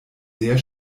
sehr